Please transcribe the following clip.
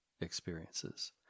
experiences